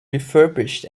refurbished